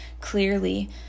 clearly